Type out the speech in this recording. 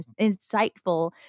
insightful